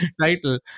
title